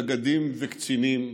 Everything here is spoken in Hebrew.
נגדים וקצינים,